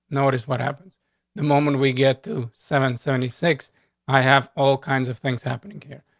notice what happens the moment we get to seven seventy six i have all kinds of things happening here.